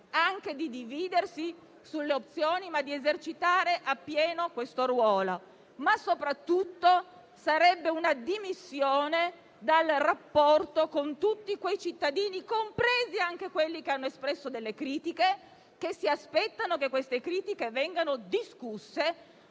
anche dividendosi sulle opzioni, ma esercitando appieno questo ruolo. Ma soprattutto sarebbe una dimissione dal rapporto con tutti i cittadini, compresi quelli che hanno espresso delle critiche, i quali si aspettano che queste critiche vengano discusse